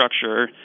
structure